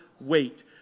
wait